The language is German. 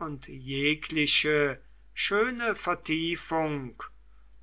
und jegliche schöne vertiefung